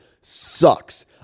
sucks